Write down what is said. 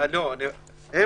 לגורמים